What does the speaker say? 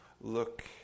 Look